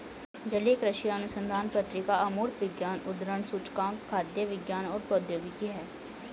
जलीय कृषि अनुसंधान पत्रिका अमूर्त विज्ञान उद्धरण सूचकांक खाद्य विज्ञान और प्रौद्योगिकी है